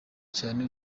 cyane